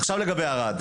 עכשיו לגבי ערד,